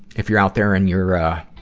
if you're out there and you're, ah,